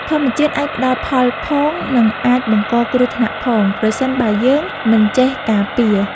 ធម្មជាតិអាចផ្តល់ផលផង និងអាចបង្កគ្រោះថ្នាក់ផង ប្រសិនបើយើងមិនចេះការពារ។